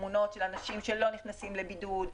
אנשים שלא נכנסים לבידוד,